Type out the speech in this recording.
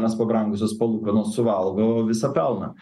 nes pabrangusios palūkanos suvalgo visą pelną